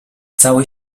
cały